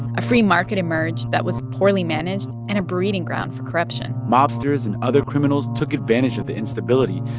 a free market emerged that was poorly managed and a breeding ground for corruption mobsters and other criminals took advantage of the instability,